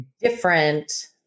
different